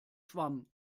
schwamm